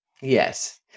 Yes